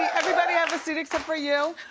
everybody have a seat except for you.